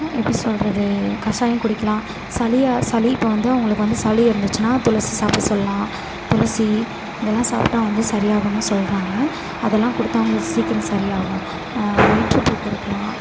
எப்படி சொல்கிறது கசாயம் குடிக்கலாம் சளியாக சளி இப்போ வந்து அவங்களுக்கு வந்து சளி இருந்துச்சின்னால் துளசி சாப்பிட சொல்லலாம் துளசி இதெல்லாம் சாப்பிட்டா வந்து சரியாகுன்னு சொல்கிறாங்க அதெல்லாம் கொடுத்து அவங்களுக்கு சீக்கிரம் சரியாகும் வயிற்றுப்போக்கு இருக்கலாம்